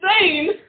insane